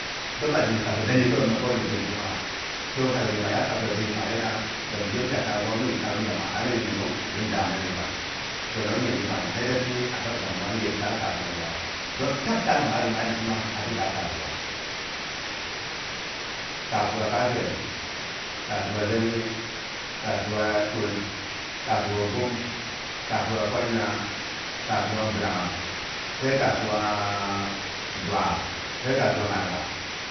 Dong ma zhiki ko kasuwa dengi kawai mi mapkawai ni kasuwa juma'a so kap ma yap kasuwa dengi pang nyina da mi yepi gyak kaya goma mi yep gyak kaya guna ma'amin minu, miyu mi dan sha mang nyin kwal. Sonong nyangi pang nya sai dai kasuwa. Kasuwa kafel, kasuwa zali, kasu dul kasuwa gum kasuwa kwalmiya, kasuwa nbulagham sai kasuwa a dwap, sai kasuwa nyaɓwa